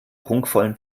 prunkvollen